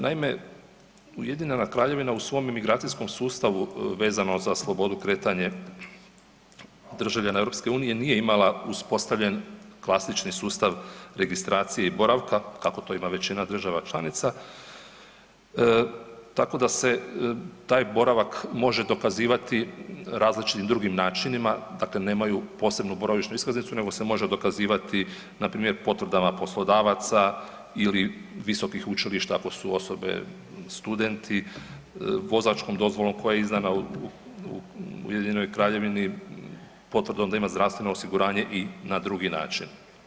Naime, Ujedinjena Kraljevina u svom emigracijskom sustavu vezano za slobodu i kretanje državljana EU nije imala uspostavljen klasični sustav registracije i boravka, kako to ima većina država članica, tako da se taj boravak može dokazivati različitim drugim načinima, dakle nemaju posebnu boravišnu iskaznicu nego se može dokazivati npr. potvrdama poslodavaca ili visokih učilišta ako su osobe studenti, vozačkom dozvolom koja je izdana u Ujedinjenoj Kraljevini, potvrdom da ima zdravstveno osiguranje i na drugi način.